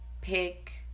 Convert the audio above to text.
Pick